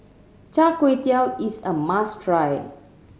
Char Kway Teow is a must try